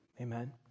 Amen